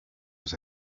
was